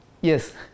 Yes